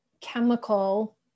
chemical